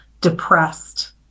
depressed